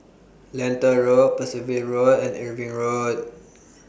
Lentor Road Percival Road and Irving Road